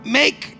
make